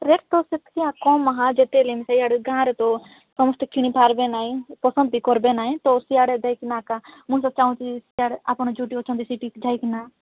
rate ତ ସେତିକି ଆଉ କମ୍ ଆହା ଯେତେ ହେଲେ ବି ସେଇଆଡ଼େ ଗାଁ ରେ ତ ସମସ୍ତେ କିଣି ପାରିବେ ନାଇଁ ପସନ୍ଦ ବି କରିବେ ନାହିଁ ତ ସିଆଡ଼େ ଦେଇକିନା ଏକା ମୁଁ ତ ଚାଁହୁଛି ସିଆଡ଼େ ଆପଣ ଯେଉଁଠି ଅଛନ୍ତି ସେଇଠିକି ଯାଇକିନା